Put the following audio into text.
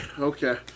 okay